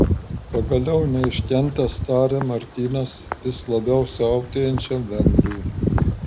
pagaliau neiškentęs tarė martynas vis labiau siautėjančiam vengrui